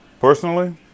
personally